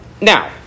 Now